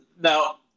Now